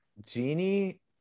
Genie